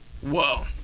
whoa